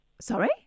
Sorry